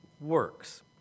works